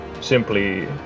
simply